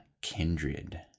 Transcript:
kindred